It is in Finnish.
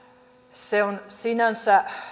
se on sinänsä